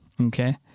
okay